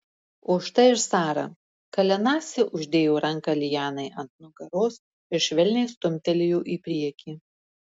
o štai ir sara kalenasi uždėjo ranką lianai ant nugaros ir švelniai stumtelėjo į priekį